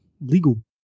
legal